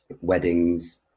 weddings